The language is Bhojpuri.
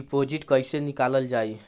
डिपोजिट कैसे निकालल जाइ?